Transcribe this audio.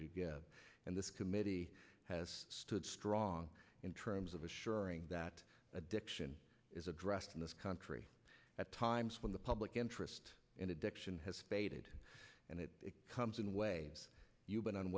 s and this committee has stood strong in terms of ensuring that addiction is addressed in this country at times when the public interest in addiction has faded and it comes in waves you've been